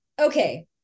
Okay